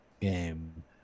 game